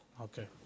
Okay